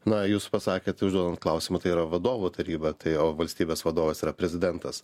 na jūs pasakėt užduodant klausimą tai yra vadovų taryba tai o valstybės vadovas yra prezidentas